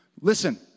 Listen